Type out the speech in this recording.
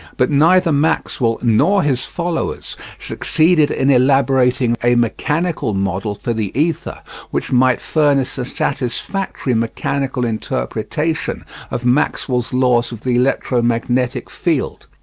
but neither maxwell nor his followers succeeded in elaborating a mechanical model for the ether which might furnish a satisfactory mechanical interpretation of maxwell's laws of the electro-magnetic field.